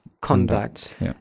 conduct